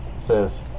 says